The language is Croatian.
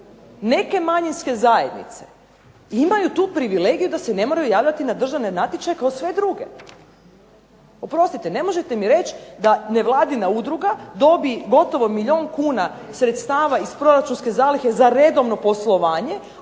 neke manjinske zajednice, imaju tu privilegiju da se ne moraju javljati na javne natječaje kao neke druge. Oprostite ne možete mi reći da nevladina udruga dobi gotovo milijun kuna sredstava iz proračunske zalihe za redovno poslovanje